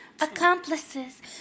Accomplices